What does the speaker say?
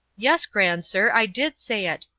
yes, gran'sir, i did say it.